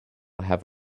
have